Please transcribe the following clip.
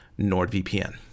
NordVPN